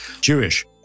Jewish